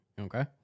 Okay